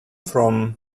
from